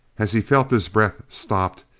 as he felt his breath stopped,